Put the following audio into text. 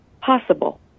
possible